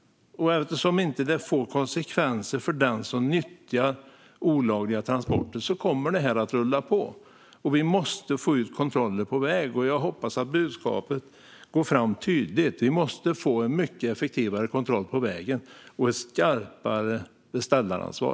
Om det inte får konsekvenser för den som nyttjar olagliga transporter kommer det att rulla på. Vi måste få ut kontroller på väg. Jag hoppas att budskapet går fram tydligt: Vi måste få en mycket effektivare kontroll på vägen och ett skarpare beställaransvar.